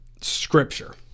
Scripture